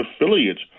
affiliates